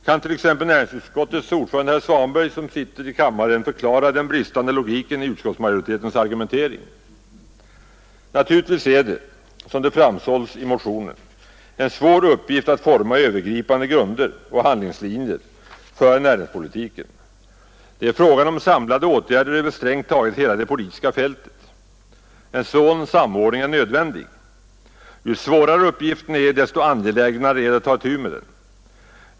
Kan t.ex. näringsutskottets ordförande, herr Svanberg, som sitter i kammaren, förklara den bristande logiken i utskottsmajoritetens argumentering? Naturligtvis är det, som framhålls i motionen, en svår uppgift att forma övergripande grunder och handlingslinjer för näringspolitiken. Det är fråga om samlade åtgärder över strängt taget hela det politiska fältet. En sådan samordning är nödvändig. Ju svårare uppgiften är, desto angelägnare är det att ta itu med den.